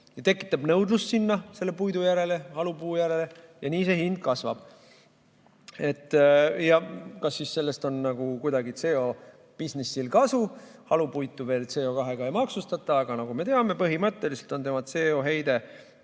tekitab nõudlust selle puidu järele, halupuu järele, ja nii see hind kasvab. Kas sellest on kuidagi CO2bisnisel kasu? Halupuitu veel CO2maksuga ei maksustata, aga nagu me teame, põhimõtteliselt on tema CO2heide,